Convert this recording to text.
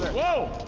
whoa.